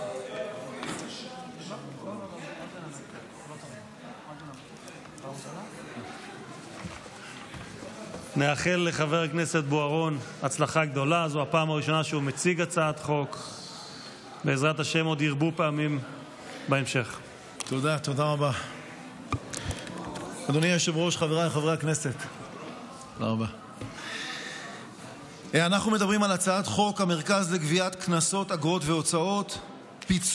הדין הצבאי שניתן ב-12 באוקטובר 2021